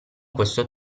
questo